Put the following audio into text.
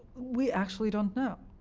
we actually don't know.